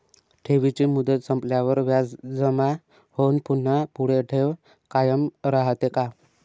ठेवीची मुदत संपल्यावर व्याज जमा होऊन पुन्हा पुढे ठेव कायम राहते का?